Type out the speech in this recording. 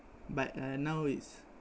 but uh now it's